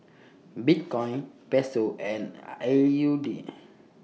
Bitcoin Peso and A U D